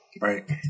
Right